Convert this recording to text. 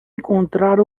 encontrar